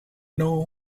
know